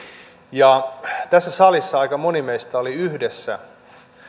ja tässä salissa aika moni meistä oli yhdessä